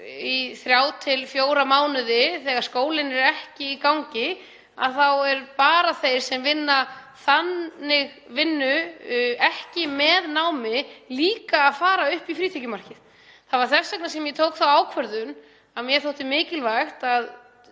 í þrjá til fjóra mánuði þegar skólinn er ekki í gangi, þá eru þeir sem vinna bara þannig vinnu, vinna ekki með námi, líka að fara upp í frítekjumarkið. Það var þess vegna sem ég tók þá ákvörðun. Mér þótti mikilvægt að